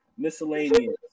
miscellaneous